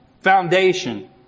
foundation